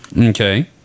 Okay